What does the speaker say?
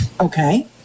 Okay